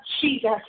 Jesus